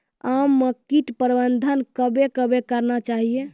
आम मे कीट प्रबंधन कबे कबे करना चाहिए?